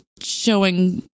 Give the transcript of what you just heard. showing